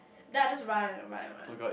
then I just run and run and run